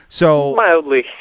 Mildly